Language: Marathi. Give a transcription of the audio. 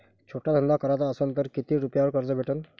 छोटा धंदा कराचा असन तर किती रुप्यावर कर्ज भेटन?